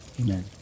Amen